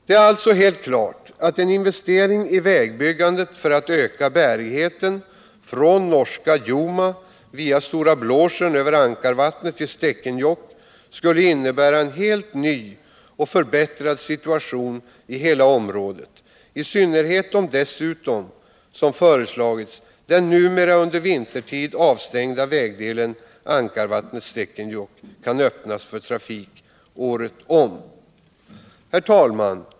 Det är alltså helt klart att en investering i vägbyggande för att öka vägens bärighet från norska Joma via Stora Blåsjön över Ankarvattnet till Stekenjokk skulle innebära en helt ny och förbättrad situation i hela området, i synnerhet om dessutom, som föreslagits, den numera under vintertid avstängda vägdelen Ankarvattnet-Stekenjokk kan användas för trafik året om. Herr talman!